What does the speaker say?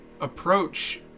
approach